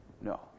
No